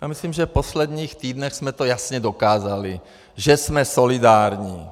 Já myslím, že v posledních týdnech jsme to jasně dokázali, že jsme solidární.